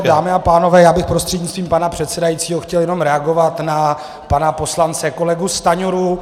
Dámy a pánové, já bych prostřednictvím pana předsedajícího chtěl jenom reagovat na pana poslance kolegu Stanjuru.